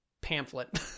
pamphlet